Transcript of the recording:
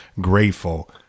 grateful